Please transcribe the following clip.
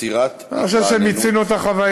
עצירת התרעננות, אני חושב שמיצינו את החוויה.